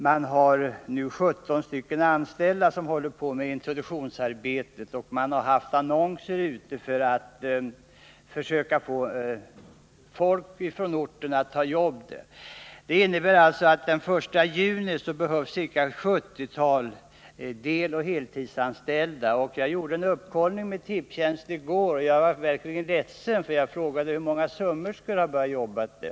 De har nu 17 anställda som håller på med introduktionsarbetet, och man annonserar efter folk från orten som är villiga att ta jobb där. Den 1 juni kommer det att behövas ett 70-tal deloch heltidsanställda. I går kollade jag med Tipstjänst hur man lyckats med sin annonsering, och jag frågade hur många sömmerskor som börjat jobba inom Lotto.